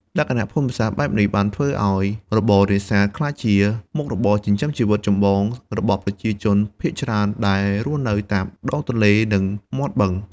លក្ខណៈភូមិសាស្ត្របែបនេះបានធ្វើឲ្យរបរនេសាទក្លាយជាមុខរបរចិញ្ចឹមជីវិតចម្បងរបស់ប្រជាជនភាគច្រើនដែលរស់នៅតាមដងទន្លេ និងមាត់បឹង។